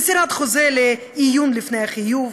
מסירת חוזה לעיון לפני החיוב,